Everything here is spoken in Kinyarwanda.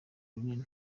runini